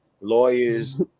lawyers